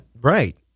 Right